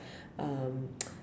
um